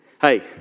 Hey